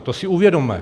To si uvědomme.